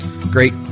great